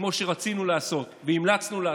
כמו שרצינו לעשות והמלצנו לעשות.